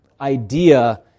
idea